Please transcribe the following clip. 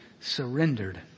surrendered